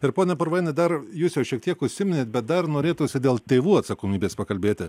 ir pone parvaini dar jūs jau šiek tiek užsiminėt bet dar norėtųsi dėl tėvų atsakomybės pakalbėti